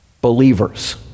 believers